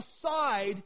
aside